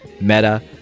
Meta